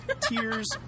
tears